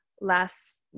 last